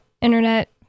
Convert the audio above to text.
internet